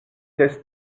test